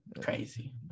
crazy